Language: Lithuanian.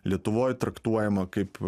lietuvoj traktuojama kaip